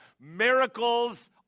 Miracles